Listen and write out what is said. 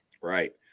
Right